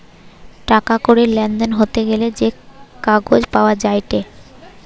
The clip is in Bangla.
টাকা কড়ির লেনদেন হতে গ্যালে যে কাগজ পাওয়া যায়েটে